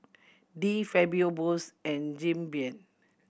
De Fabio Bose and Jim Beam